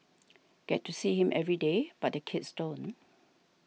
get to see him every day but the kids don't